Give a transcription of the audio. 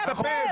הוא לא מצפה.